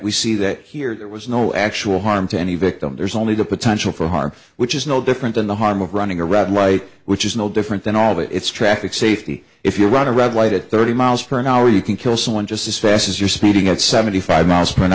we see that here there was no actual harm to any victim there's only the potential for harm which is no different than the harm of running a red light which is no different than all it's traffic safety if you run a red light at thirty miles per hour you can kill someone just as fast as you're speeding at seventy five miles